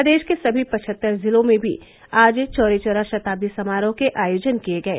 प्रदेश के सभी पचहत्तर जिलों में भी आज चौरी चौरा शताब्दी समारोह के आयोजन किये गये